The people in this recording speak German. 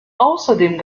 außerdem